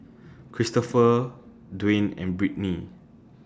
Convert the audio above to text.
Cristofer Dwane and Brittny